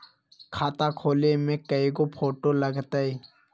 खाता खोले में कइगो फ़ोटो लगतै?